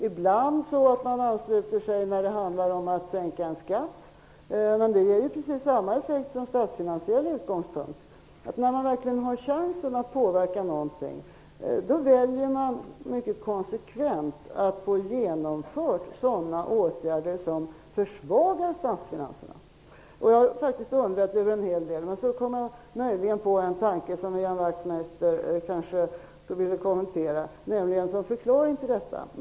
Ibland ansluter de sig till att sänka en skatt, men det ger ju precis samma effekt från statsfinansiell utgångspunkt. När de verkligen har chansen att påverka något väljer de mycket konsekvent att stödja sådana åtgärder som försvagar statsfinanserna. Jag har funderat över detta en hel del. Men när jag i förmiddags lyssnade på debatten kom jag på en möjlig tanke, som Ian Wachtmeister kanske vill kommentera, vilken kan vara en förklaring till detta.